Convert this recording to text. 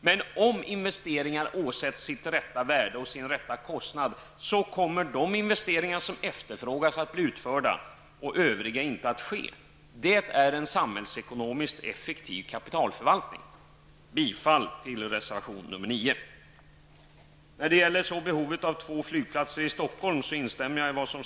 Men om investeringar åsätts sitt rätta värde och sin rätta kostnad, så kommer de investeringar som efterfrågas att bli utförda och övriga inte att ske. Det är en samhällsekonomiskt effektiv kapitalförvaltning. Fru talman!